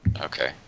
Okay